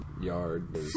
yard